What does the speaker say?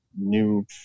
new